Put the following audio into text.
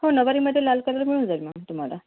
हो नऊवारीमध्ये लाल कलर मिळून जाईल मॅम तुम्हाला